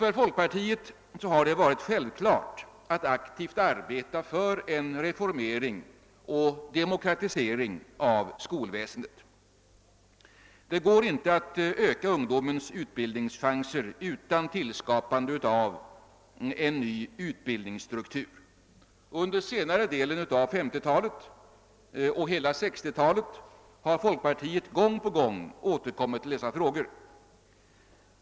För folkpartiet har det varit självklart att aktivt arbeta för en reformering och demokratisering av skolväsendet. Det går inte att öka ungdomens utbildningschanser utan tillskapande av en ny utbildningsstruktur. Under senare delen av 1950-talet och hela 1960-talet har folkpartiet gång på gång återkommit till dessa frågor.